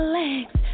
legs